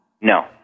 No